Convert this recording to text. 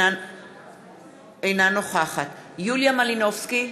אינה נוכחת יוליה מלינובסקי,